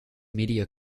media